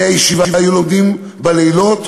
בני הישיבה היו לומדים בלילות.